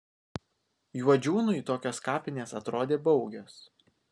juodžiūnui tokios kapinės atrodė baugios